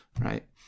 right